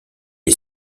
est